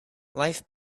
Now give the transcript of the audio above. life